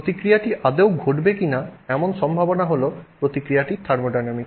প্রতিক্রিয়াটি আদৌ ঘটবে কিনা এমন সম্ভাবনা হল প্রতিক্রিয়াটির থার্মোডাইনামিক্স